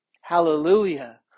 Hallelujah